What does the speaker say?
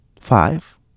five